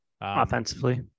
Offensively